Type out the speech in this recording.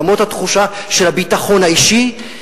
למרות התחושה של הביטחון האישי,